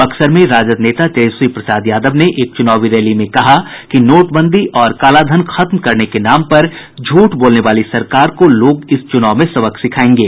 बक्सर में राजद नेता तेजस्वी प्रसाद यादव ने एक चूनावी रैली में कहा कि नोटबंदी और कालाधन खत्म करने के नाम पर झूठ बोलने वाली सरकार को लोग इस चूनाव में सबक सिखायेंगे